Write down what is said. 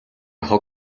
хог